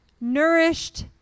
nourished